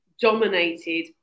dominated